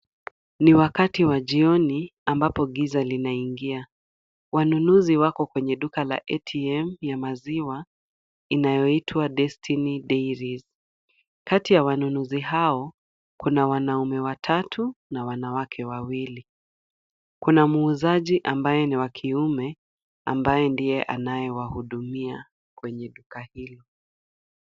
Ni wakati wa jioni ambapo giza linaingia. Wanunuzi wako kwenye duka la ATM ya maziwa inayoitwa Destiny Dairies. Kati ya wanunuzi hao, kuna wanaume watatu na wanawake wawili. Kuna muuzaji ambaye ni wa kiume ambaye ndiye anayewahudumia kwenye duka hilo.